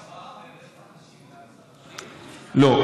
בהשוואה לא,